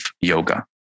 yoga